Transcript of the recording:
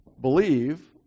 believe